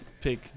pick